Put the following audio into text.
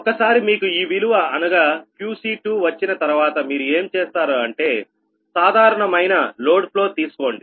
ఒక్కసారి మీకు ఈ విలువ అనగా QC2వచ్చిన తర్వాత మీరు ఏం చేస్తారు అంటే సాధారణమైన లోడ్ ఫ్లో తీసుకోండి